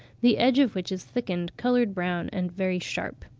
the edge of which is thickened, coloured brown, and very sharp.